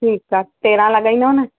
ठीक आहे तेरहां लॻाईंदव न